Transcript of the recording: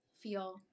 feel